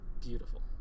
beautiful